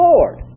Lord